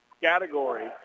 category